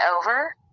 over